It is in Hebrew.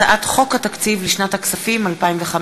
התשע"ה 2014, הצעת חוק התקציב לשנת הכספים 2015,